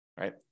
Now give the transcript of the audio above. right